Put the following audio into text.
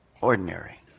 ordinary